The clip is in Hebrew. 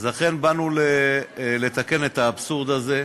לכן, באנו לתקן את האבסורד הזה,